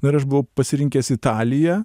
ir aš buvau pasirinkęs italiją